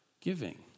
giving